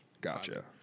Gotcha